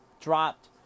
dropped